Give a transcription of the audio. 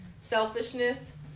Selfishness